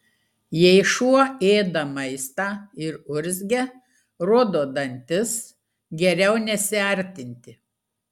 jei šuo ėda maistą ir urzgia rodo dantis geriau nesiartinti